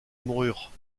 moururent